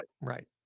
Right